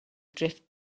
drift